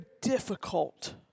difficult